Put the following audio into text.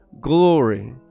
glory